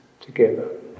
together